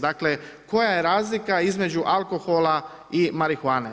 Dakle koja je razlika između alkohola i marihuane.